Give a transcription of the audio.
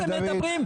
זה שיש אנשים אחרים,